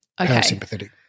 Parasympathetic